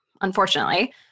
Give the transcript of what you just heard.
unfortunately